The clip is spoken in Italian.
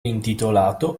intitolato